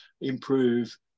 improve